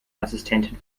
assistentin